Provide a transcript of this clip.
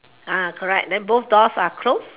ah correct then both doors are closed